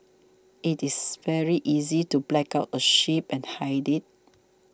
it is very easy to black out a ship and hide it